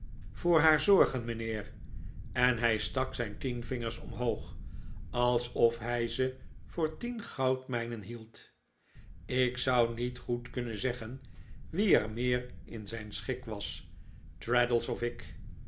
voor haar zorgen mijnheer en hij stak zijn tien vingers omhoog alsof hij ze voor tien goudmijnen hield ik zou niet goed kunnen zeggen wie er meer in zijn schik was traddles of ik